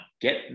get